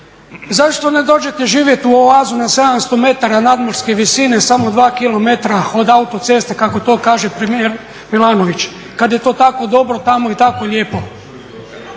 Zašto ne dođete živjet u oazu na 700 m nadmorske visine, samo 2 km od autoceste kako to kaže premijer Milanović kad je to tako dobro tamo i tako lijepo,